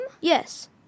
Yes